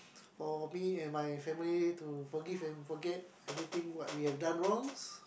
for me and my family to forgive and forget everything what we have done wrongs